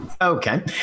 Okay